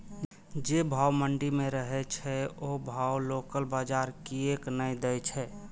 जे भाव मंडी में रहे छै ओ भाव लोकल बजार कीयेक ने दै छै?